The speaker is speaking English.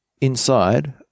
inside